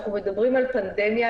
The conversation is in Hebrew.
אנחנו מדברים על פנדמיה,